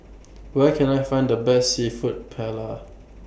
Where Can I Find The Best Seafood Paella